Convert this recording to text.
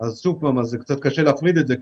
אז קצת קשה להפריד את זה,